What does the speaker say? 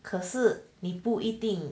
可是你不一定